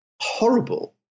horrible